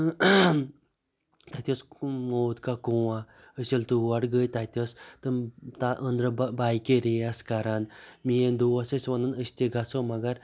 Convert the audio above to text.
تَتہِ اوس موت کا کُنواں أسۍ ییٚلہِ تور گٔیہِ تَتہِ ٲسۍ تِم أنٛدرٕ تتھ بایکہِ ریس کَران میٛٲنۍ دوس ٲسۍ وَنان أسۍ تہِ گَژھو مَگَر